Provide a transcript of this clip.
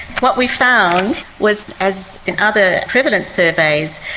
what we found was, as in other prevalent surveys,